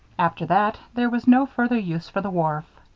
after that, there was no further use for the wharf.